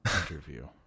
interview